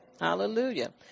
Hallelujah